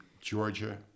Georgia